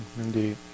indeed